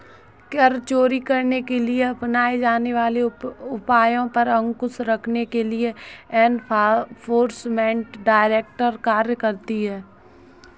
कर चोरी करने के लिए अपनाए जाने वाले उपायों पर अंकुश रखने के लिए एनफोर्समेंट डायरेक्टरेट कार्य करती है